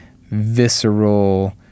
visceral